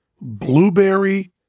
blueberry